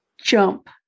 jump